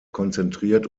konzentriert